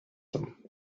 them